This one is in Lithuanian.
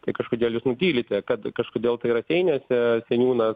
tai kažkodėl jūs nutylite kad kažkodėl tai raseiniuose seniūnas